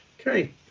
Okay